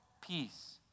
peace